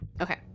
okay